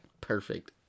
perfect